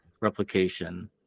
replication